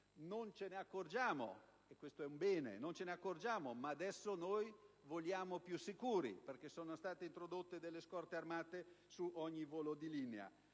Non ce ne accorgiamo (e questo è un bene), ma adesso voliamo più sicuri, perché sono state introdotte delle scorte armate su ogni volo di linea.